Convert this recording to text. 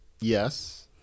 Yes